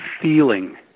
feeling